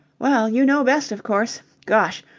well, you know best, of course. gosh!